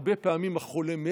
הרבה פעמים החולה מת,